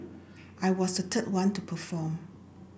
i was the third one to perform